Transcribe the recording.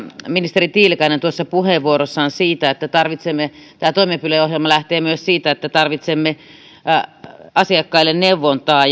ministeri tiilikainen puhui puheenvuorossaan siitä että tämä toimenpideohjelma lähtee myös siitä että tarvitsemme asiakkaille neuvontaa